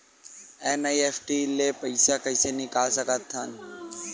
NEFT ले पईसा कइसे निकाल सकत हन?